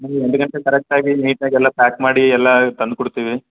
ದಿನಕ್ಕೆ ಕರೆಕ್ಟ್ ಆಗಿ ನೀಟ್ ಆಗಿ ಎಲ್ಲ ಪ್ಯಾಕ್ ಮಾಡಿ ಎಲ್ಲ ತಂದು ಕೊಡ್ತೀವಿ